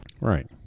Right